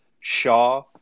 Shaw